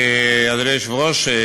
אדוני היושב-ראש,